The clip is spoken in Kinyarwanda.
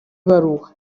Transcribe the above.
baruwa